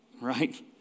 Right